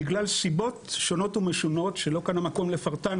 בגלל סיבות שונות ומשונות שלא כאן המקום לפרטן,